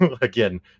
again